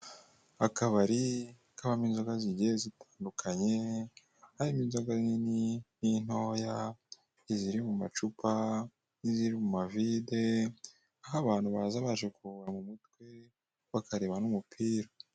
Akabari kabamo inzoga zigiye zitandukanye, harimo inzoga nini, n'intoya, iziri mu macupa n'iziri mu mavide, aho abantu baza baje kuruhura mu mutwe bakareba n'umupira.